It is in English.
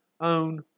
own